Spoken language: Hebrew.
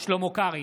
שלמה קרעי,